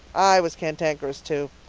i was cantankerous too.